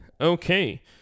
Okay